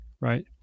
right